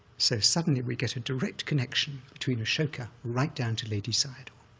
so suddenly we get a direct connection between ashoka right down to ledi sayadaw,